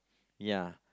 ya